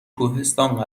کوهستان